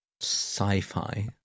sci-fi